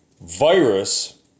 virus